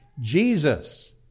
Jesus